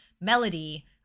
melody